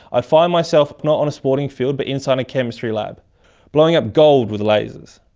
i find myself not on a sporting field but inside a chemistry lab blowing up gold with lasers!